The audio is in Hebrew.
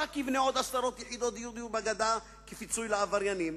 ברק יבנה עוד עשרות יחידות דיור בגדה כפיצוי לעבריינים.